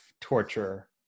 torture